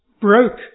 broke